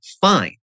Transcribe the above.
Fine